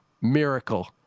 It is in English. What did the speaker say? Miracle